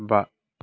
बा